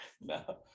No